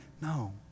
No